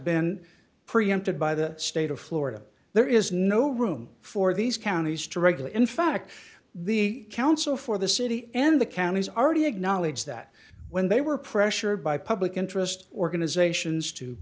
been preempted by the state of florida there is no room for these counties to regulate in fact the counsel for the city and the counties are already acknowledge that when they were pressured by public interest organizations to